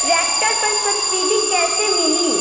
Tractor पर subsidy कैसे मिली?